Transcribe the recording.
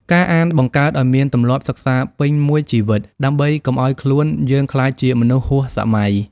ការអានបង្កើតឱ្យមានទម្លាប់សិក្សាពេញមួយជីវិត ដើម្បីកុំឱ្យខ្លួនយើងក្លាយជាមនុស្សហួសសម័យ។